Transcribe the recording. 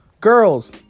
girls